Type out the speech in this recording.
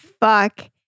fuck